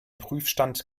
prüfstand